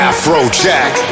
Afrojack